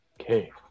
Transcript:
Okay